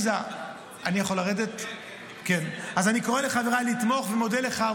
אני קורא לחבריי לתמוך ומודה לך.